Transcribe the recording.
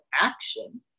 action